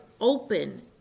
open